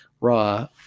raw